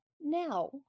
now